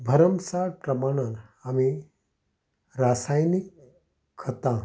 भर्मसाट प्रमाणान आमी रासायनीक खतां